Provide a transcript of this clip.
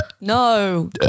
No